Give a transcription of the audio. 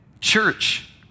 church